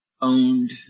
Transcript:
owned